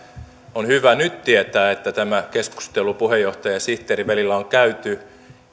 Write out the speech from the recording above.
on hyvä nyt tietää että tämä keskustelu puheenjohtajan ja sihteerin välillä on käyty